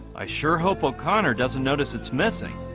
i sure hope o'connor doesn't notice it's missing